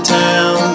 town